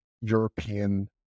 European